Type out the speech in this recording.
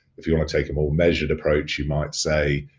if you're wanna take a more measured approach, you might say,